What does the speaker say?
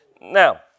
Now